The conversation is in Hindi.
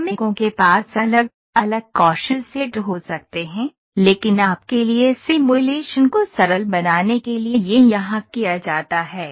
श्रमिकों के पास अलग अलग कौशल सेट हो सकते हैं लेकिन आपके लिए सिमुलेशन को सरल बनाने के लिए यह यहां किया जाता है